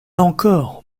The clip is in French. encore